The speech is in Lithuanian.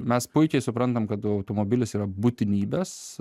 mes puikiai suprantam kada automobilis yra būtinybės